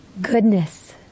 goodness